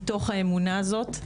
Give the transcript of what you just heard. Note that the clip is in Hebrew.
מתוך האמונה הזאת,